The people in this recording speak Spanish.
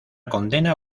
condena